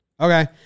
Okay